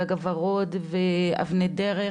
ו'הגג הוורוד' ו'אבני דרך'